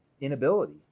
inability